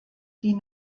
die